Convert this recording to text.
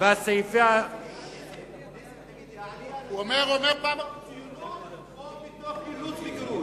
העלייה היתה מתוך ציונות, או מתוך אילוץ וגירוש?